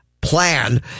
plan